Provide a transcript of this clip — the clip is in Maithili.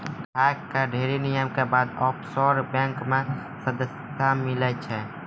ग्राहक कअ ढ़ेरी नियम के बाद ऑफशोर बैंक मे सदस्यता मीलै छै